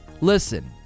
listen